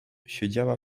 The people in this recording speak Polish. siedziała